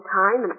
time